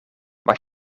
mag